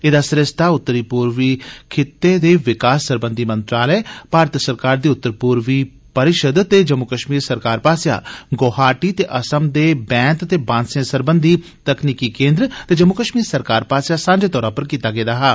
एह्दा सरिस्ता उत्तरी पूर्वी खित्ते दे विकास सरबंधी मंत्रालय भारती सरकार दी उत्तरी पूर्व परिषद ते जम्मू कश्मीर सरकारै पास्सेआ गोहाटी ते असम दे बैंत ते बांसे सरबंधी तकनीकी केन्द्र ते जम्मू कश्मीर सरकार पास्सेआ सांझे तौरा पर कीते गेदा हा